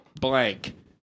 blank